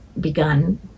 begun